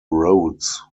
rhodes